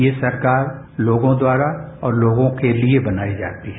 ये सरकार लोगों द्वारा और लोगों के लिए बनाई जाती है